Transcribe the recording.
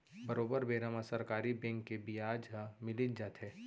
बरोबर बेरा म सरकारी बेंक के बियाज ह मिलीच जाथे